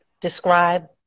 describe